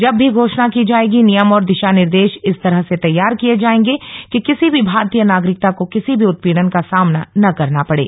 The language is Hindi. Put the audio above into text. जब भी घोषणा की जायेगी नियम और दिशा निर्देश इस तरह से तैयार किए जाएंगे कि किसी भी भारतीय नागरिकता को किसी भी उत्पीडन का सामना न करना पड़े